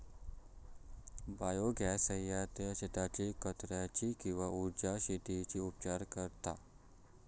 biogas संयंत्र शेतातल्या कचर्याचो किंवा उर्जा शेतीचो उपचार करता